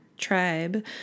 tribe